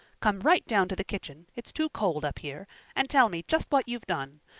come right down to the kitchen it's too cold up here and tell me just what you've done.